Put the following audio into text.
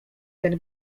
ten